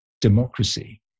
democracy